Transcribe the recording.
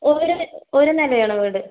ഒര് ഒര് നില ആണ് വീട്